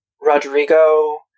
Rodrigo